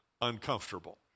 uncomfortable